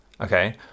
okay